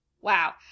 wow